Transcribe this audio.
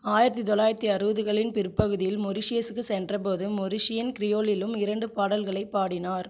ஆயிரத்தி தொள்ளாயிரத்தி அறுபதுகளின் பிற்பகுதியில் மொரீஷியஸுக்கு சென்றபோது மொரிஷியன் கிரியோலிலும் இரண்டு பாடல்களை பாடினார்